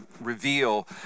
reveal